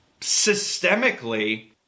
Systemically